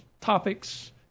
topics